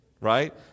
Right